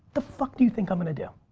the fuck do you think i'm gonna do?